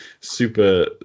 super